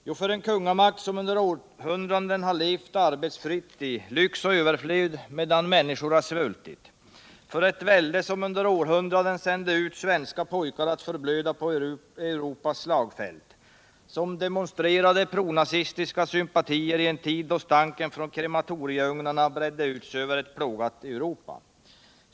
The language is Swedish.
Jo, för en kungamakt som under århundraden har levt arbetsfritt i lyx och överflöd medan människor har svultit, för ett välde som under århundraden sände ut svenska pojkar att förblöda på Europas slagfält, som demonstrerade pronazistiska sympatier i en tid då stanken från krematorieugnarna bredde ut sig över ett plågat Europa.